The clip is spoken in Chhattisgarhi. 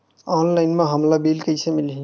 ऑनलाइन म हमला बिल कइसे मिलही?